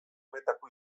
honetako